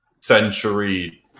century